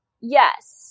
Yes